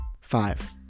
Five